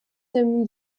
dem